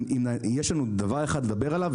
אם יש דבר אחד לדבר עליו,